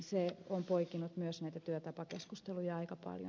se on poikinut myös näitä työtapakeskusteluja aika paljon